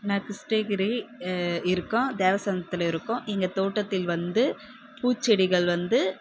நான் கிருஷ்ணகிரி இருக்கோம் தேவசானத்தில் இருக்கோம் இங்கே தோட்டத்தில் வந்து பூச்செடிகள் வந்து